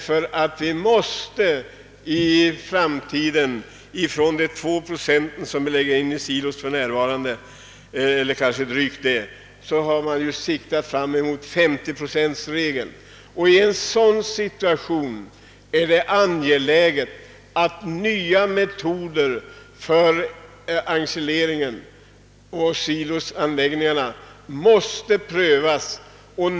För närvarande läggs drygt 2 procent in i silos, och man siktar för framtiden på 50 procent. I en sådan situation är det angeläget att nya metoder för ensilering och nya silosanläggningar prövas.